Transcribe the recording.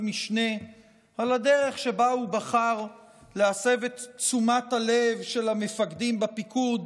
משנה על הדרך שבה הוא בחר להסב את תשומת הלב של המפקדים בפיקוד